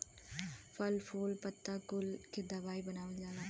फल फूल पत्ता कुल के दवाई बनावल जाला